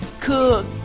cook